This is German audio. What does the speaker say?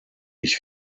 ich